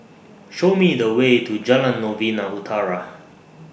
Show Me The Way to Jalan Novena Utara